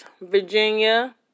Virginia